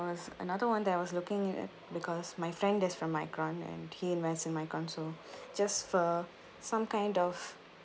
was another one that I was looking at because my friend that's from micron and he invest in micron so just for some kind of